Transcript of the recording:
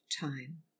time